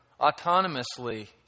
autonomously